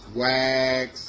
wax